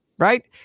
Right